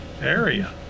area